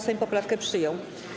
Sejm poprawkę przyjął.